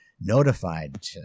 notified